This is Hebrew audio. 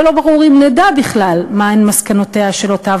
ולא ברור אם נדע בכלל מה הן מסקנותיה של אותה